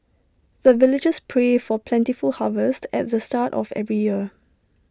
the villagers pray for plentiful harvest at the start of every year